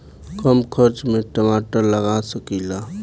कम खर्च में टमाटर लगा सकीला?